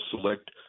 select